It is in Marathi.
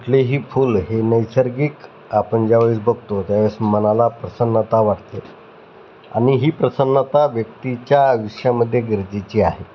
कुठलेही फूल हे नैसर्गिक आपण ज्यावेळेस बघतो त्यावेळेस मनाला प्रसन्नता वाटते आणि ही प्रसन्नता व्यक्तीच्या आयुष्यामध्ये गरजेची आहे